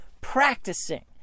practicing